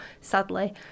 sadly